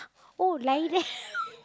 oh like